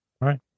Right